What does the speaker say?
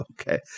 Okay